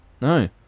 No